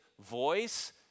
voice